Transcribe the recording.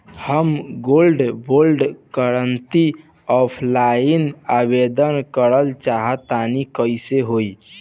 हम gold bond करंति offline आवेदन करल चाह तनि कइसे होई?